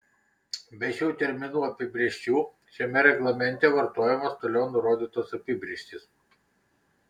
be šių terminų apibrėžčių šiame reglamente vartojamos toliau nurodytos apibrėžtys